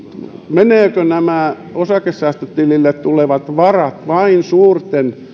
menevätkö nämä osakesäästötilille tulevat varat vain suurten